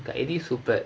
Kaithi super